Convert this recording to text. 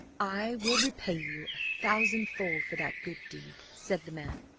i will repay you a thousand fold for that good deed said the man,